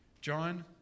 John